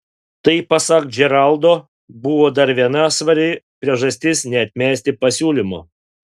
tai pasak džeraldo buvo dar viena svari priežastis neatmesti pasiūlymo